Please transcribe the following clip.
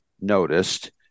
noticed